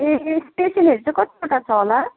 ए स्टेसनहरू चाहिँ कतिवटा छ होला